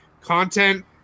content